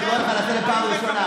אני קורא אותך לסדר בפעם הראשונה.